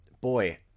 boy